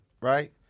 right